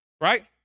right